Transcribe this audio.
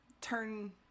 turn